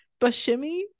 Bashimi